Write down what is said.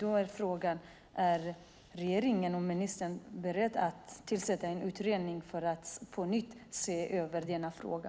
Då är frågan: Är regeringen och ministern beredda att tillsätta en utredning för att på nytt se över denna fråga?